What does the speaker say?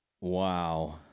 Wow